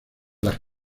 las